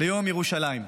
ליום ירושלים.